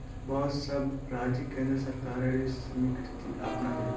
बहुत सब राज्य केंद्र सरकारेर स्कीमक अपनाछेक